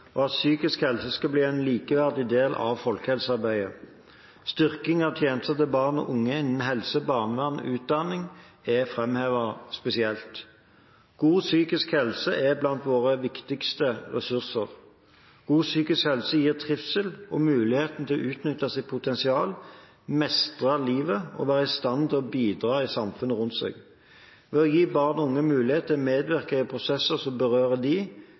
og at psykisk helse skal bli en likeverdig del av folkehelsearbeidet. Styrking av tjenester til barn og unge innen helse, barnevern og utdanning er framhevet spesielt. God psykisk helse er blant våre viktigste ressurser. God psykisk helse gir trivsel og muligheter for å utnytte sitt potensial, mestre utfordringer i livet og være i stand til å bidra i samfunnet rundt seg. Ved å gi barn og unge mulighet til å medvirke i prosesser som berører